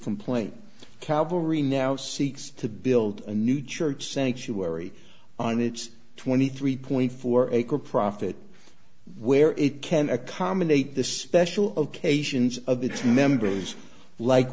complaint cavalry now seeks to build a new church sanctuary on its twenty three point four acre profit where it can accommodate this special of cations of its members like